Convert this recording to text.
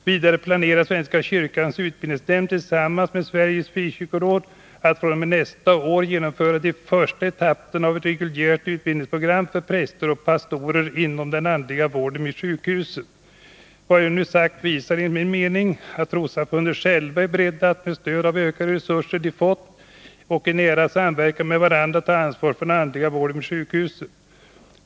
Vidare planerar Svenska kyrkans utbildningsnämnd tillsammans med Sveriges frikyrkoråd att fr.o.m. nästa år genomföra de första etapperna av ett reguljärt utbildningsprogram för präster och pastorer inom den andliga vården vid sjukhusen. Vad jag nu har sagt visar enligt min mening att trossamfunden själva är beredda att med stöd av de ökade resurser de har fått och i nära samverkan med varandra ta ansvar för den andliga vården vid sjukhusen.